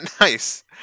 Nice